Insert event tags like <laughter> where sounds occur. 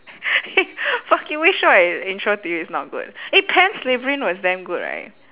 <laughs> fuck you which show I intro to you is not good eh slytherin was damn good right